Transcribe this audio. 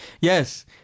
Yes